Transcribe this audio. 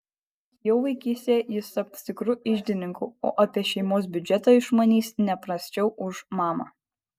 jau vaikystėje jis taps tikru iždininku o apie šeimos biudžetą išmanys ne prasčiau už mamą